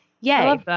yay